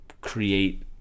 create